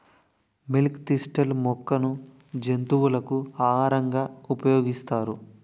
Milk thistle మొక్కను జంతువులకు ఆహారంగా ఉపయోగిస్తారా?